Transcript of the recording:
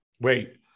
Wait